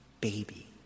baby